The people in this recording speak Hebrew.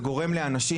זה גורם לאנשים,